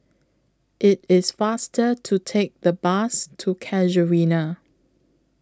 IT IS faster to Take The Bus to Casuarina